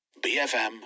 bfm